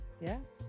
Yes